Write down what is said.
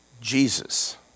Jesus